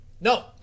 no